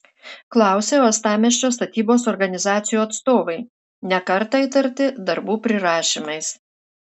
klausė uostamiesčio statybos organizacijų atstovai ne kartą įtarti darbų prirašymais